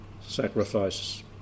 sacrifices